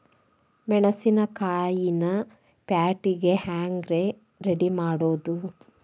ಮೆಣಸಿನಕಾಯಿನ ಪ್ಯಾಟಿಗೆ ಹ್ಯಾಂಗ್ ರೇ ರೆಡಿಮಾಡೋದು?